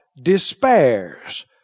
despairs